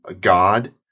God